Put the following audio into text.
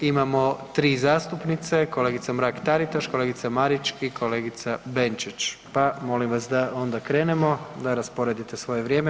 Imamo tri zastupnice kolegica Mrak – Taritaš, kolegica Marić i kolegica Benčić, pa molim vas da onda krenemo, da rasporedite svoje vrijeme.